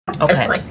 okay